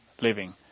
living